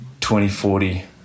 2040